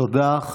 תודה.